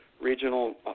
regional